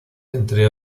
entre